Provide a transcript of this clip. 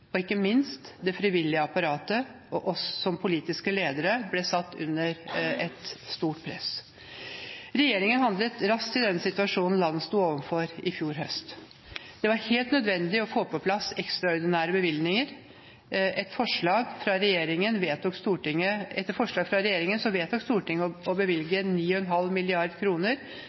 og ikke minst det frivillige apparatet og oss som politiske ledere ble satt under stort press. Regjeringen handlet raskt i den situasjonen landet sto overfor i fjor høst. Det var helt nødvendig å få på plass ekstraordinære bevilgninger. Etter forslag fra regjeringen vedtok Stortinget å bevilge 9,5